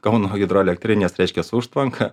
kauno hidroelektrinės reiškias užtvanką